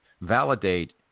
validate